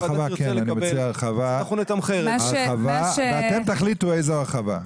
אני מציע הרחבה ואתם תחליטו איזו הרחבה.